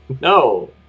No